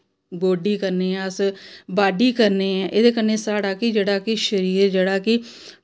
गोड़ी करने आं अस बाह्ड़ी करने एह्दे कन्नै साढ़ा केह् जेह्ड़ा कि शरीर